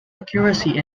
accuracy